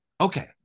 okay